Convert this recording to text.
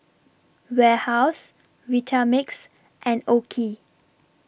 Warehouse Vitamix and OKI